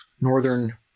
Northern